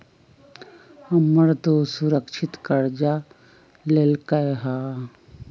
हमर दोस सुरक्षित करजा लेलकै ह